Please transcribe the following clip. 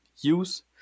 use